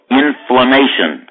inflammation